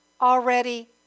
already